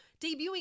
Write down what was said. debuting